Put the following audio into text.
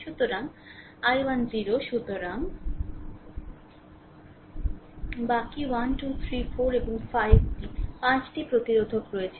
সুতরাং i1 0 সুতরাং বাকি 1 2 3 4 এবং 5 টি 5 প্রতিরোধক রয়েছে